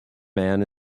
man